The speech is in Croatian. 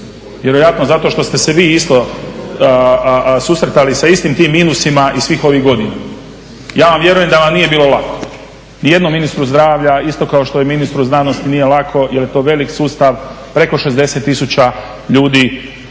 vjerojatno zato što ste se i vi isto susretali sa istim tim minusima svih ovih godina. Ja vam vjerujem da vam nije bilo lako. Nijednom ministru zdravlja isto kao što je i ministru znanosti nije lako jer je to veliki sustav, preko 60 tisuća ljudi